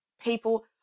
people